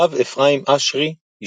הרב אפרים אשרי,